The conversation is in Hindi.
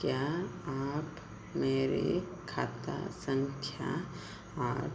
क्या आप मेरी खता संख्या आठ